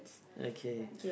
okay